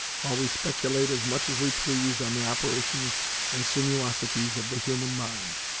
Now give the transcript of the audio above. while we speculate as much as we please on the operations and sinuosities of the human mind.